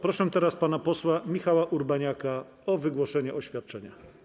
Proszę pana posła Michała Urbaniaka o wygłoszenie oświadczenia.